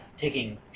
taking